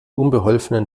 unbeholfenen